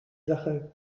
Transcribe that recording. sache